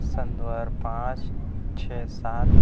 سن دو ہزار پانچ چھ سات